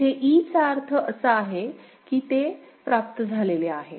येथे e चा अर्थ असा आहे की ते प्राप्त झाले आहे